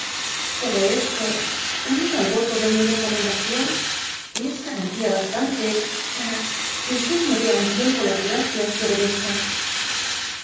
todo esto unido al yoto de mi recomendación es garantía bastante para que me dé á un tiempo las gracias y obedezca